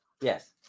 Yes